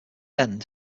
end